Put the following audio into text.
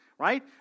right